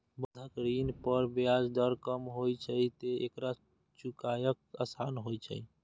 बंधक ऋण पर ब्याज दर कम होइ छैं, तें एकरा चुकायब आसान होइ छै